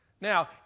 Now